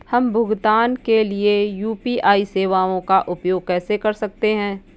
हम भुगतान के लिए यू.पी.आई सेवाओं का उपयोग कैसे कर सकते हैं?